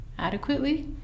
adequately